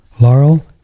Laurel